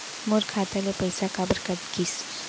मोर खाता ले पइसा काबर कट गिस?